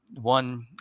one